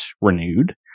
renewed